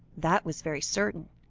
that was very certain,